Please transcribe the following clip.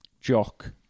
Jock